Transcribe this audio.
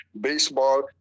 baseball